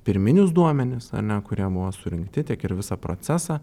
pirminius duomenis ar ne kurie buvo surinkti tiek ir visą procesą